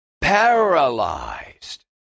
paralyzed